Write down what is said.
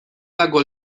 lago